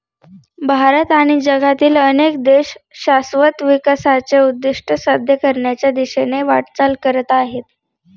भारत आणि जगातील अनेक देश शाश्वत विकासाचे उद्दिष्ट साध्य करण्याच्या दिशेने वाटचाल करत आहेत